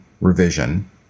revision